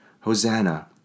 Hosanna